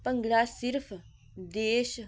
ਭੰਗੜਾ ਸਿਰਫ਼ ਦੇਸ਼